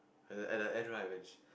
at at the end right when